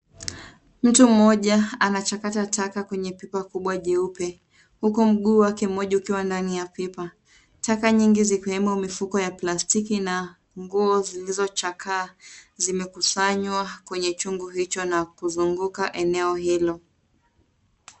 Mtu mmoja anachakata taka kwenye pipa kubwa jeupe. Huku mguu wake mmoja ukiwa ndani ya pipa. Taka nyingi zikiwemo mifuko ya plastiki na nguo zilizochakaa zimekusanywa kwenye chungu hicho na kuzunguka eneo hilo.